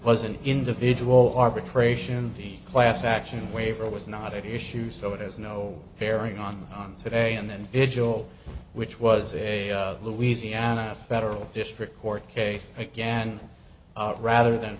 was an individual arbitration the class action waiver was not at issue so it has no bearing on today and then vigil which was a louisiana federal district court case again rather than